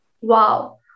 wow